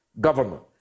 government